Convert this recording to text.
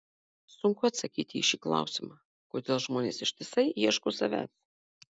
sunku atsakyti į šį klausimą kodėl žmonės ištisai ieško savęs